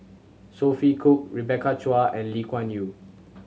Sophia Cooke Rebecca Chua and Lee Kuan Yew